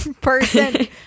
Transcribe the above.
person